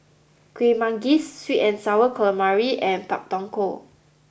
Kueh Manggis Sweet and Sour Calamari and Pak Thong Ko